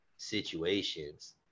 situations